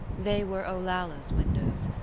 they were olalla's windows,